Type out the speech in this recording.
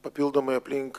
papildomai aplink